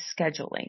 scheduling